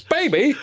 Baby